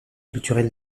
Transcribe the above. culturelle